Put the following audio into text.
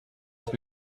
both